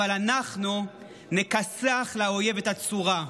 אבל אנחנו נכסח לאויב את הצורה,